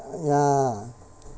ya